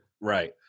Right